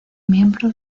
miembro